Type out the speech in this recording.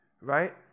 right